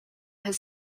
his